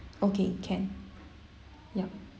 okay can yup